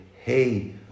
hey